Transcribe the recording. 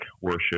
worship